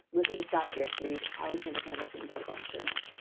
listen to scott bryk. read alexander hamilton by ron chernow